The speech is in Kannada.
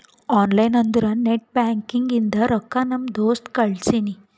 ಆನ್ಲೈನ್ ಅಂದುರ್ ನೆಟ್ ಬ್ಯಾಂಕಿಂಗ್ ಇಂದ ರೊಕ್ಕಾ ನಮ್ ದೋಸ್ತ್ ಕಳ್ಸಿನಿ